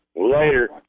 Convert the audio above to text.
Later